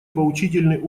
поучительный